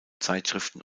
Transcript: zeitschriften